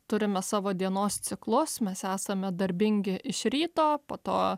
turime savo dienos ciklus mes esame darbingi iš ryto po to